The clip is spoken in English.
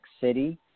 city